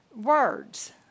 Words